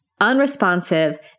unresponsive